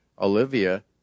Olivia